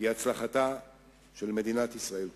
הצלחתה של מדינת ישראל כולה.